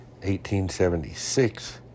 1876